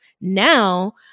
Now